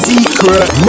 Secret